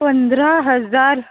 पंधरा हजार